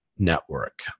network